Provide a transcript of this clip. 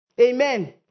Amen